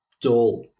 dull